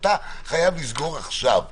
אבל חייבים לסגור כבר עכשיו.